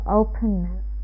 openness